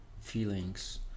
feelings